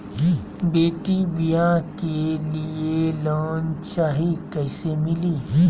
बेटी ब्याह के लिए लोन चाही, कैसे मिली?